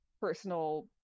personal